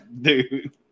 dude